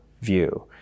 view